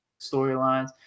storylines